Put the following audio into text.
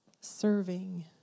serving